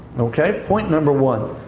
okay? point number one.